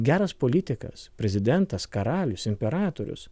geras politikas prezidentas karalius imperatorius